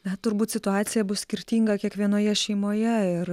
na turbūt situacija bus skirtinga kiekvienoje šeimoje ir